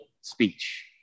speech